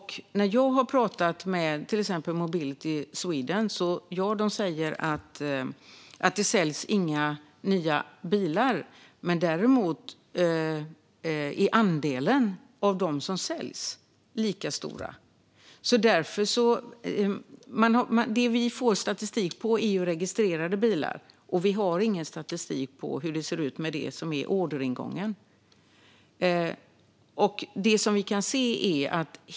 Mobility Sweden säger att det säljs väldigt få bilar, men andelen elbilar bland de bilar som säljs är lika stor. Det vi får statistik på är registrerade bilar. Vi har ingen statistik på orderingången.